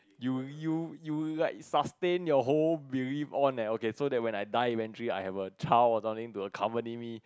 you you you like sustain your whole belief on eh okay so that when I die eventually I will have a child or something to accompany me